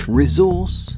resource